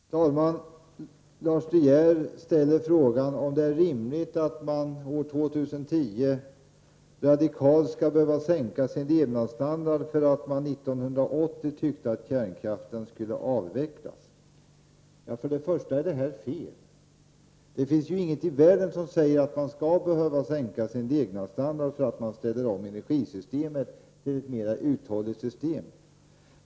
Fru talman! Lars De Geer frågar om det är rimligt att man år 2010 radikalt skall behöva sänka sin levnadsstandard för att man 1980 tyckte att kärnkraften skulle avvecklas. För det första är detta fel. Det finns inget i världen som säger att man skall behöva sänka sin levnadsstandard för att man ställer om energisystemet till ett mer uthålligt system.